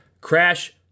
crash